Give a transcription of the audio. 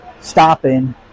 stopping